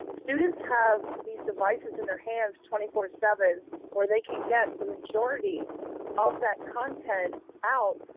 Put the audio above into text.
students have these devices in their hands twenty four seven where they can get the majority of that content out.